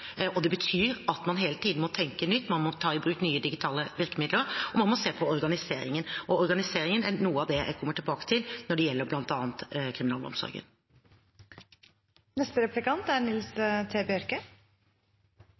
Det betyr at man hele tiden må tenke nytt, man må ta i bruk nye digitale virkemidler, og man må se på organiseringen. Og organiseringen er noe av det jeg kommer tilbake til når det gjelder